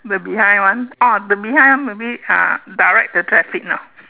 the behind one orh the behind one maybe uh direct the traffic lah